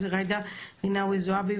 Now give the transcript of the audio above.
חברת הכנסת ג'ידא רינאוי זועבי,